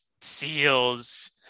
seals